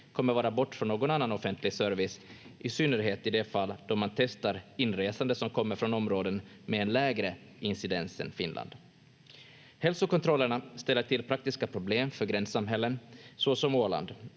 kommer att vara bort från någon annan offentlig service, i synnerhet i de fall då man testar inresande som kommer från områden med en lägre incidens än Finland. Hälsokontrollerna ställer till praktiska problem för gränssamhällen såsom Åland.